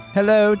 Hello